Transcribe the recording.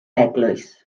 eglwys